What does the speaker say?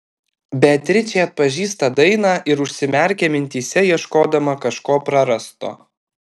beatričė atpažįsta dainą ir užsimerkia mintyse ieškodama kažko prarasto